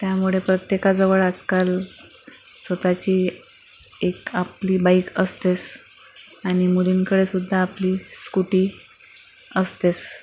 त्यामुळे प्रत्येकाजवळ आसकाल स्वत ची एक आपली बाइक असतेस आणि मुलींकडेसुद्धा आपली स्कूटी असतेस